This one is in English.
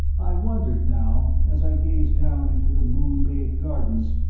i wondered now, as i gazed down into the moon-bathed gardens,